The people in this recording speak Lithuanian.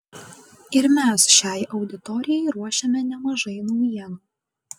ir mes šiai auditorijai ruošiame nemažai naujienų